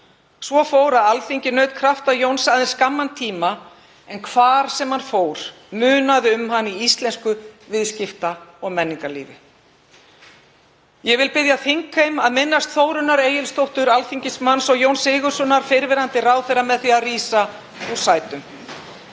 Svo fór að Alþingi naut krafta Jóns aðeins skamman tíma en hvar sem hann fór munaði um hann í íslensku viðskipta- og menningarlífi. Ég bið þingheim að minnast Þórunnar Egilsdóttur alþingismanns og Jóns Sigurðssonar, fyrrverandi ráðherra, með því að rísa úr sætum.